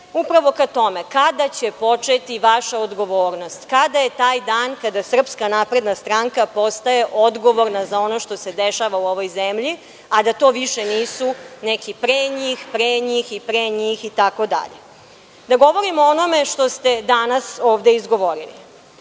upravo ka tome – kada će početi vaša odgovornost? Kada je taj dan kada SNS postaje odgovorna za ono što se dešava u ovoj zemlji, a da to više nisu neki pre njih, pre njih i pre njih, itd. Hajde da govorimo o onome što ste danas ovde izgovorili.